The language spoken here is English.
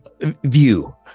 view